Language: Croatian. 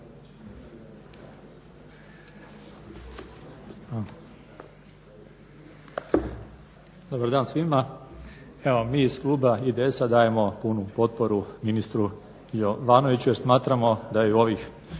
Dobar dan svima. Evo mi iz kluba IDS-a dajemo punu potporu ministru Jovanoviću jer smatramo da je u ovih